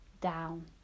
down